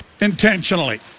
intentionally